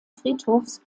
friedhofs